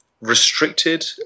Restricted